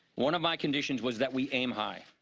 one of my conditions was that we aim high.